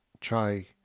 try